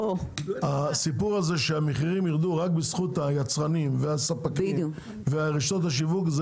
הסיפור הזה שהמחירים יירדו רק בזכות היצרנים והספקים ורשתות השיווק,